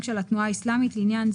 זו הסיבה האמיתית למה משקיעים ירדו ל-11%,